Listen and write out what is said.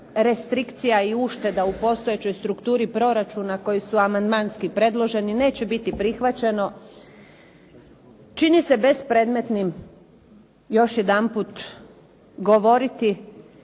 restrikcija i ušteda u postojećoj strukturi proračuna koji su amandmanski predloženi neće biti prihvaćeno. Čini se bespredmetnim još jedanput govoriti